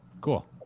cool